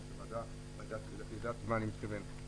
ומנהלת הוועדה יודעת למה אני מתכוון.